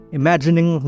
imagining